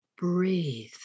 Breathe